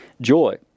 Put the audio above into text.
joy